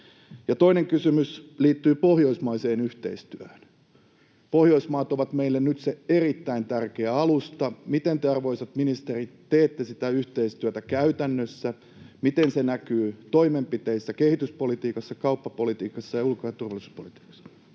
Toinen kysymys liittyy pohjoismaiseen yhteistyöhön. Pohjoismaat ovat meille nyt erittäin tärkeä alusta. Miten te, arvoisat ministerit, teette sitä yhteistyötä käytännössä? Miten se näkyy toimenpiteissä, kehityspolitiikassa, kauppapolitiikassa ja ulko- ja turvallisuuspolitiikassa?